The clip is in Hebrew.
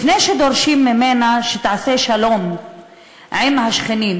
לפני שדורשים ממנה שתעשה שלום עם השכנים,